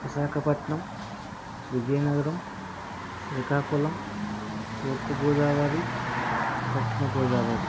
విశాఖపట్నం విజయనగరం శ్రీకాకుళం తూర్పు గోదావరి పశ్చిమ గోదావరి